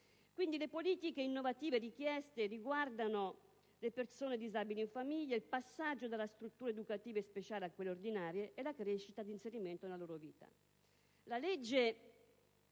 le politiche innovative richieste riguardano le persone disabili in famiglia, il passaggio dalle strutture educative speciali a quelle ordinarie, la crescita e l'inserimento nella vita. In